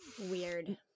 Weird